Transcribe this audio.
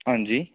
हांजी